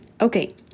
Okay